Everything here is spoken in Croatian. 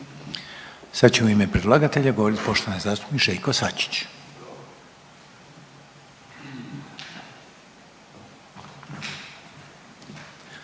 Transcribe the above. Sad će u ime predlagatelja govorit poštovani zastupnik Željko Sačić.